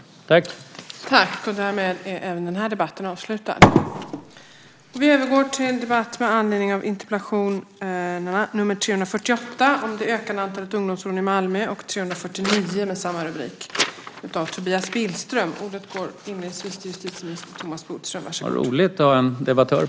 Då Bengt-Anders Johansson, som framställt interpellationen, anmält att han av familjeskäl inte kunde närvara vid sammanträdet förklarade tredje vice talmannen överläggningen avslutad.